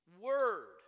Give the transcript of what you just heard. word